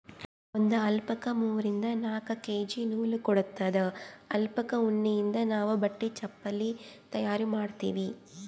ಒಂದ್ ಅಲ್ಪಕಾ ಮೂರಿಂದ್ ನಾಕ್ ಕೆ.ಜಿ ನೂಲ್ ಕೊಡತ್ತದ್ ಅಲ್ಪಕಾ ಉಣ್ಣಿಯಿಂದ್ ನಾವ್ ಬಟ್ಟಿ ಚಪಲಿ ತಯಾರ್ ಮಾಡ್ತೀವಿ